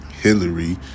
Hillary